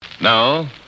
Now